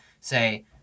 say